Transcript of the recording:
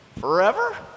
Forever